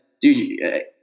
dude